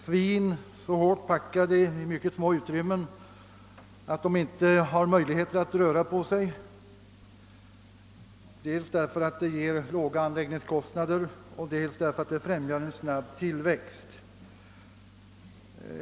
Svin trängs ihop i mycket små utrymmen så att de inte har möjlighet att röra sig, dels därför att det ger låga anläggningskostnader, dels därför att det främjar en snabb tillväxt.